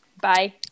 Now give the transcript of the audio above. Bye